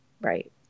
Right